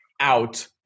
out